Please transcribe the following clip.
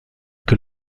que